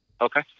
Okay